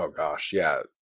ah gosh yeah.